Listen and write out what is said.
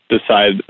decide